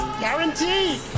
Guaranteed